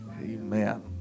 Amen